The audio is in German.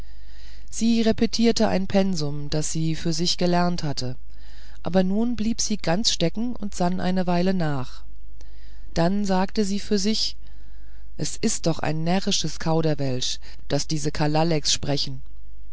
sie repetierte ein pensum das sie für sich erlernt hatte aber nun blieb sie ganz stecken und sann eine weile nach dann sagte sie für sich es ist doch ein närrisches kauderwelsch das diese kalaleks sprechen